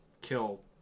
kill